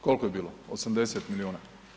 Koliko je bilo 80 miliona.